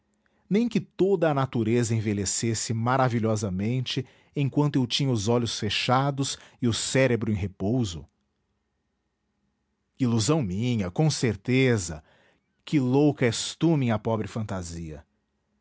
nem que toda a natureza envelhecesse maravilhosamente enquanto eu tinha os olhos fechados e o cérebro em repouso ilusão minha com certeza que louca és tu minha pobre fantasia